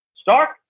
Stark